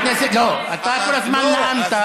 לא, אתה כל הזמן נאמת.